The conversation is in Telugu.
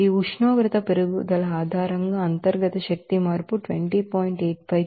ఈ ఉష్ణోగ్రత పెరుగుదల ఆధారంగా ఇంటర్నల్ ఎనర్జీ చేంజ్ 20